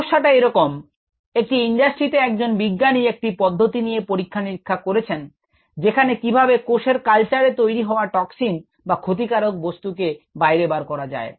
সমস্যাটা এরকম একটি ইন্ডাস্ট্রিতে একজন বিজ্ঞানী একটি পদ্ধতি নিয়ে পরীক্ষা নিরীক্ষা করছেন যেখানে কিভাবে কোষের কালচারে তৈরি হওয়া টক্সিন বা ক্ষতিকারক বস্তু কে বাইরে বার করা যায়